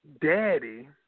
daddy